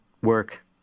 work